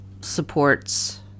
supports